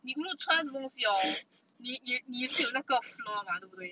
你不是穿什么东西 hor 你你你也是有哪个 flaw 嘛对不对